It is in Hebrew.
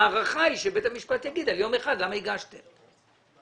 ההערכה היא שבית המשפט ישאל למה הגישו על יום אחד.